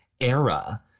era